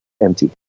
empty